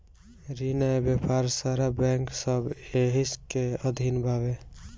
रिन आ व्यापार सारा बैंक सब एही के अधीन बावे